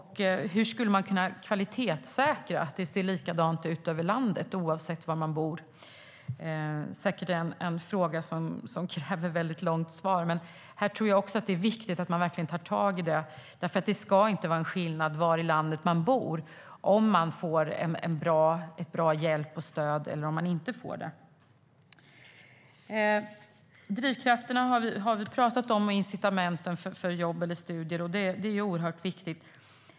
Hur skulle man kunna kvalitetssäkra att det ser likadant ut över landet, oavsett var man bor? Det är säkert en fråga som kräver ett väldigt långt svar, men jag tror att det är viktigt att man verkligen tar tag i det. Det ska ju inte vara någon skillnad på var i landet man bor när det handlar om att få bra hjälp och stöd. Drivkrafterna och incitamenten för jobb eller studier har vi pratat om. Det är oerhört viktigt.